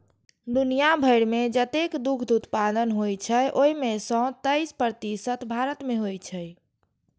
दुनिया भरि मे जतेक दुग्ध उत्पादन होइ छै, ओइ मे सं तेइस प्रतिशत भारत मे होइ छै